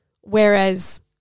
Whereas